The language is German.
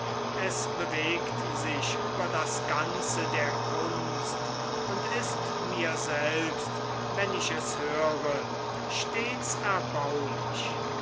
es bewegt sich über das ganze der kunst und ist mir selbst wenn ich es höre stets erbaulich